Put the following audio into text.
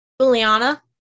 Juliana